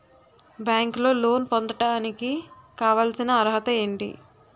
బ్యాంకులో లోన్ పొందడానికి కావాల్సిన అర్హత ఏంటి?